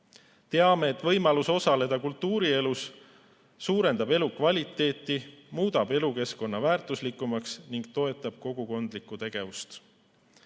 Teame, et võimalus osaleda kultuurielus parandab elukvaliteeti, muudab elukeskkonna väärtuslikumaks ning toetab kogukondlikku tegevust.